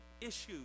issues